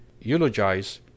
Eulogize